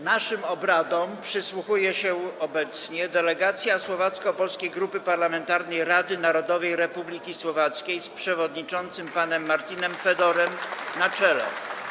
Naszym obradom przysłuchuje się obecnie delegacja słowacko-polskiej grupy parlamentarnej Rady Narodowej Republiki Słowackiej z przewodniczącym panem Martinem Fedorem na czele.